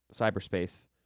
cyberspace